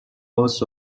was